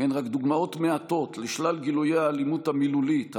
הן רק דוגמאות מעטות לשלל גילויי האלימות המילולית,